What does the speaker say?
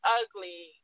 ugly